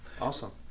Awesome